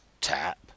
tap